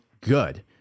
good